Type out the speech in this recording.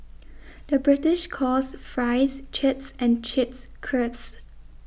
the British calls Fries Chips and Chips Crisps